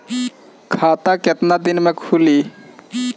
खाता कितना दिन में खुलि?